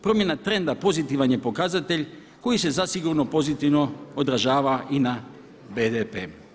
Promjena trenda pozitivan je pokazatelj koji se zasigurno pozitivno odražava i na BDP.